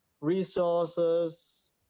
resources